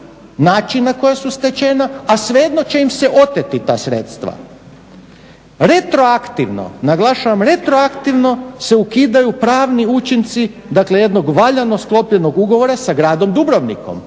način na koja su stečena, a svejedno će im se oteti ta sredstva. Retroaktivno, naglašavam retroaktivno se ukidaju pravni učinci dakle jednog valjano sklopljenog ugovora sa gradom Dubrovnikom.